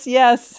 yes